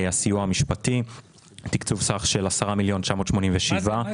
הסיוע המשפטי תקצוב סך של 10,987,000 ₪.